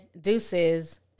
Deuces